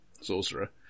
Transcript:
sorcerer